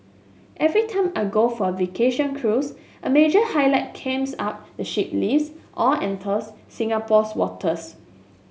every time I go for a vacation cruise a major highlight came out the ship leaves or enters Singapore's waters